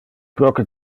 proque